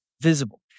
visible